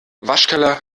waschkeller